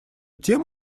тем